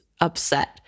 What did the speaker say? upset